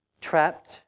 Trapped